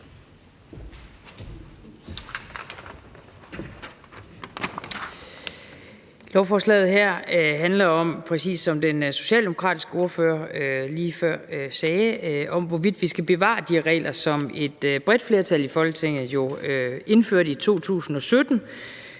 Lovforslaget her handler om, præcis som den socialdemokratiske ordfører sagde lige før, hvorvidt vi skal bevare de regler, som et bredt flertal i Folketinget indførte i 2017,